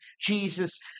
Jesus